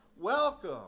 Welcome